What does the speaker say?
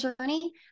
journey